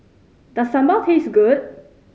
does sambal taste good